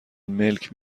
ملک